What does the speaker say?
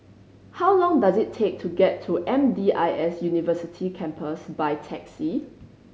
how long does it take to get to M D I S University Campus by taxi